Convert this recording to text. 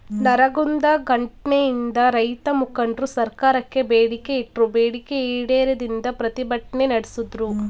ನರಗುಂದ ಘಟ್ನೆಯಿಂದ ರೈತಮುಖಂಡ್ರು ಸರ್ಕಾರಕ್ಕೆ ಬೇಡಿಕೆ ಇಟ್ರು ಬೇಡಿಕೆ ಈಡೇರದಿಂದ ಪ್ರತಿಭಟ್ನೆ ನಡ್ಸುದ್ರು